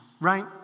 right